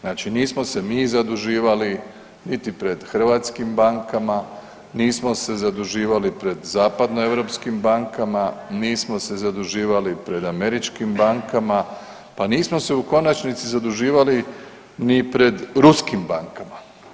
Znači nismo se mi zaduživali niti pred Hrvatskim bankama, nismo se zaduživali pred Zapadno Europskim bankama, nismo se zaduživali pred Američkim bankama pa nismo se u konačnici zaduživali ni pred Ruskim bankama.